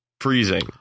freezing